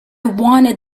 wanted